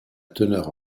teneur